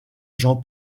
jean